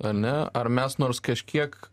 ane ar mes nors kažkiek